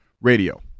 radio